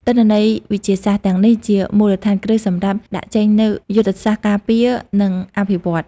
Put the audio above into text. ទិន្នន័យវិទ្យាសាស្ត្រទាំងនេះជាមូលដ្ឋានគ្រឹះសម្រាប់ដាក់ចេញនូវយុទ្ធសាស្ត្រការពារ និងអភិវឌ្ឍន៍។